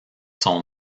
son